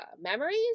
memories